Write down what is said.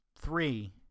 Three